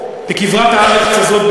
בכברת הארץ הזאת,